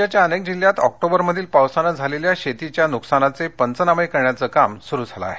राज्याच्या अनेक जिल्ह्यात ऑक्टोबरमधील पावसानं झालेल्या शेतीच्या नुकसानाचे पंचनामे करण्याचं काम सुरु झालं आहे